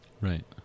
Right